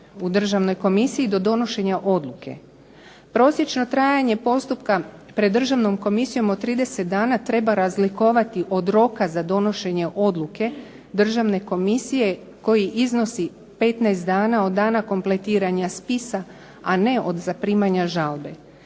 u Državnoj komisiji do donošenja odluke. Prosječno trajanje postupka pred Državnom komisijom od 30 dana treba razlikovati od roka za donošenje odluke Državne komisije koji iznosi 15 dana od dana kompletiranja spisa, a ne od zaprimanja žalbe.